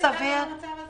מעניין איך הגענו למצב הזה.